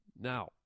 Now